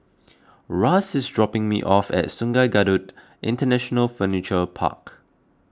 Russ is dropping me off at Sungei Kadut International Furniture Park